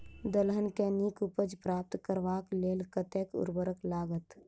दलहन केँ नीक उपज प्राप्त करबाक लेल कतेक उर्वरक लागत?